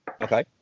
Okay